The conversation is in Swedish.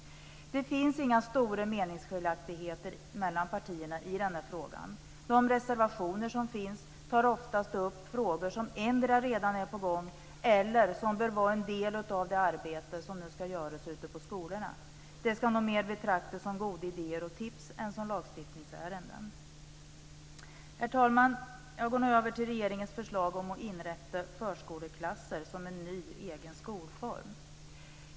Det finns inga stora meningskiljaktigheter mellan partierna i den här frågan. De reservationer som finns tar oftast upp frågor som endera redan är på gång eller som bör vara en del av det arbete som nu skall göras ute på skolorna. De skall nog mer betraktas som goda idéer och tips än som lagstiftningsärenden. Herr talman! Nu går jag över till regeringens förslag om att inrätta förskoleklasser som en ny, egen skolform.